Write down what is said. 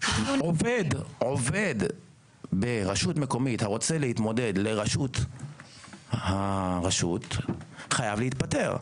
שב-2.8 עובד ברשות מקומית הרוצה להתמודד לראשות הרשות חייב להתפטר.